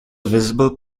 visible